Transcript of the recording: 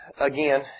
again